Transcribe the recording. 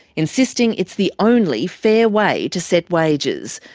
insisting it's the only fair way to set wages.